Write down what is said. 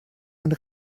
und